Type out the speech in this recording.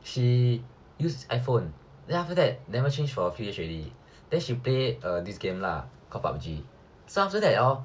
she used iphone then after that never change for a few years already then she play uh this game lah called PUBG so after that hor